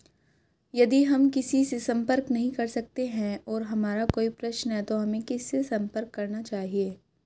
यदि हम किसी से संपर्क नहीं कर सकते हैं और हमारा कोई प्रश्न है तो हमें किससे संपर्क करना चाहिए?